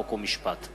חוק ומשפט.